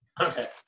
Okay